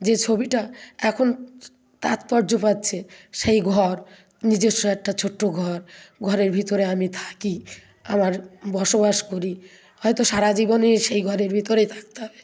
যে ছবিটা এখন তাৎপর্য পাচ্ছে সেই ঘর নিজস্ব একটা ছোটো ঘর ঘরের ভিতরে আমি থাকি আমার বসবাস করি হয়তো সারা জীবনে সেই ঘরের ভিতরেই থাকতে হবে